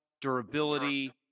durability